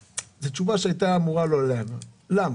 תשובה שלא הייתה אמורה להיאמר, ולמה?